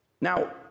now